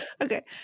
Okay